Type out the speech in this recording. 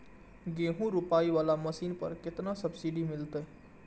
गेहूं रोपाई वाला मशीन पर केतना सब्सिडी मिलते?